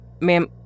Ma'am